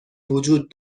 وجود